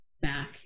back